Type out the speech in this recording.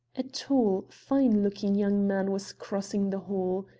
a tall, fine-looking young man was crossing the hall.